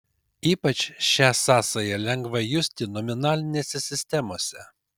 ypač šią sąsają lengva justi nominalinėse sistemose